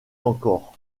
encore